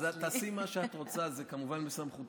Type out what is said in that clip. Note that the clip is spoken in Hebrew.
אז את תעשי מה שאת רוצה, זה כמובן בסמכותך.